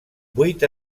vuit